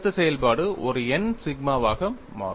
அழுத்த செயல்பாடு ஒரு எண் சிக்மாவாக மாறும்